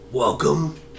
Welcome